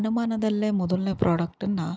ಅನುಮಾನದಲ್ಲೇ ಮೊದಲನೇ ಪ್ರಾಡಕ್ಟನ್ನು